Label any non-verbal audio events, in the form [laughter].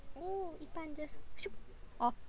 oh 一半 just [noise] off